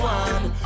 one